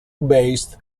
based